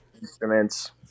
instruments